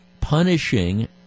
punishing